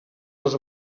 les